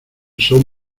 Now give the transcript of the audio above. son